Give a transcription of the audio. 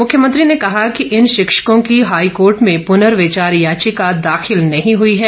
मुख्यमंत्री ने कहा कि इन शिक्षकों की हाईकोर्ट में पनर्विचार याचिका दाखिल नहीं हुई है